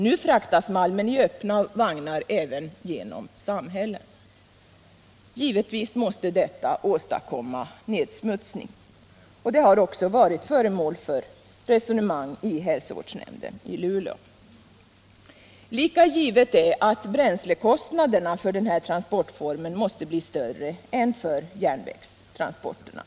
Nu fraktas malmen i öppna vagnar även genom samhällen. Givetvis måste detta åstadkomma nedsmutsning. Det har också varit föremål för resonemang i hälsovårdsnämnden i Luleå. Lika givet är att bränslekostnaderna för den här transportformen måste bli större än för järnvägstransporterna.